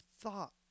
thought